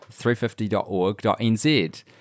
350.org.nz